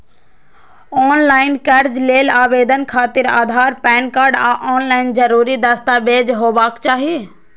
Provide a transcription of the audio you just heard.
ऑनलॉन कर्ज लेल आवेदन खातिर आधार, पैन कार्ड आ आन जरूरी दस्तावेज हेबाक चाही